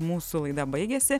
mūsų laida baigėsi